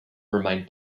remained